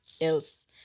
else